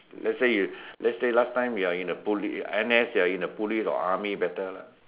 let's say you let's say last time you are in a police N_S you're in a police or army better lah